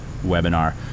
webinar